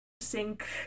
sink